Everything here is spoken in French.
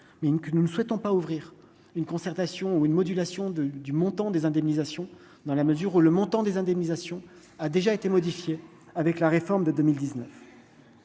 mais une que nous ne souhaitons pas ouvrir une concertation ou une modulation de du montant des indemnisations dans la mesure où le montant des indemnisations, a déjà été modifiée avec la réforme de 2019,